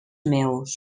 meus